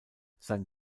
sein